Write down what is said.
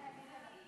ההצעה להפוך